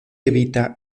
evita